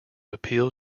appeal